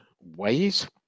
ways